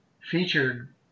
Featured